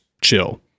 chill